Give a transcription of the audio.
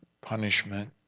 punishment